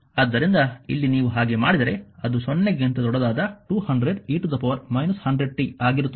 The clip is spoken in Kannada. ಆದ್ದರಿಂದ ಇಲ್ಲಿ ನೀವು ಹಾಗೆ ಮಾಡಿದರೆ ಅದು 0 ಗಿಂತ ದೊಡ್ಡದಾದ 200 e 100 t ಆಗಿರುತ್ತದೆ